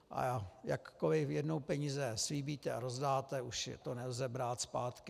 A jakkoliv jednou peníze slíbíte a rozdáte, už to nelze brát zpátky.